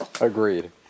Agreed